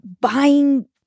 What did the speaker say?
buying